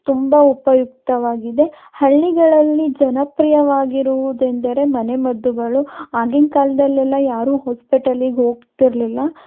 ತುಂಬ ಉಪಯುಕ್ತವಾಗಿದೆ ಹಳ್ಳಿಗಳಲ್ಲಿ ಜನಪ್ರಿಯವಾಗಿರುವುದೆಂದರೆ ಮನೆಮದ್ದುಗಳು ಆಗಿನ ಕಾಲದಲ್ಲೆಲ್ಲ ಯಾರೂ ಹೊಸ್ಪಿಟಲ್ಲಿಗೆ ಹೋಗ್ತಿರಲಿಲ್ಲ